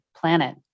planet